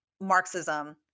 Marxism